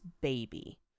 baby